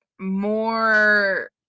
more